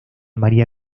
maría